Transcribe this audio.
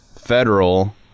federal